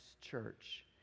church